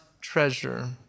treasure